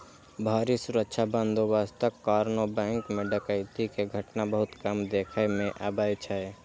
भारी सुरक्षा बंदोबस्तक कारणें बैंक मे डकैती के घटना बहुत कम देखै मे अबै छै